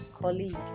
colleague